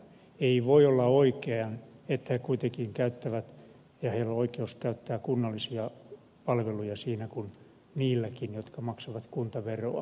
ei voi olla oikein että he kuitenkin käyttävät ja heillä on oikeus käyttää kunnallisia palveluja siinä kuin niilläkin jotka maksavat kuntaveroa